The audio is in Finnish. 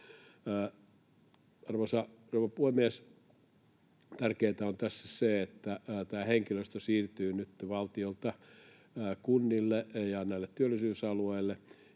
rouva puhemies! Tärkeintä on tässä se, että henkilöstö siirtyy nyt valtiolta kunnille ja näille työllisyysalueille.